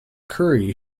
curry